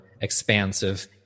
expansive